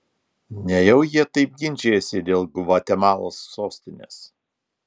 nejau jie taip ginčijasi dėl gvatemalos sostinės